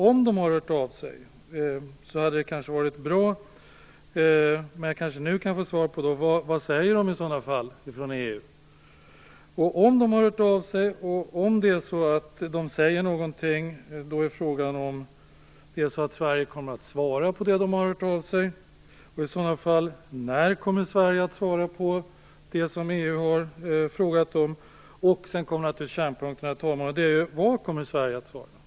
Om EU har hört av sig vore det nog bra - kanske kan jag nu få ett svar - att få höra vad man i EU säger. Om man har hört av sig och om man säger något är frågan om Sverige kommer att svara på det man har hört av sig om. När kommer Sverige i så fall att svara på det som EU har frågat om? Sedan till kärnpunkten: Vad kommer Sverige att svara?